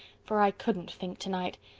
for i couldn't think tonight.